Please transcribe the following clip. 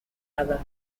other